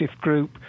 group